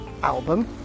album